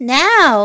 now